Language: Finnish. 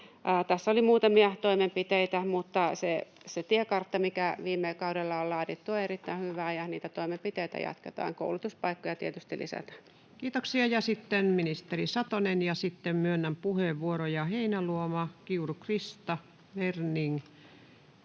Tässä oli muutamia toimenpiteitä. Mutta se tiekartta, mikä viime kaudella on laadittu, on erittäin hyvä, ja niitä toimenpiteitä jatketaan. Ja koulutuspaikkoja tietysti lisätään. Kiitoksia. — Ja sitten ministeri Satonen, ja sitten myönnän puheenvuoroja: Heinäluoma, Krista Kiuru, Werning.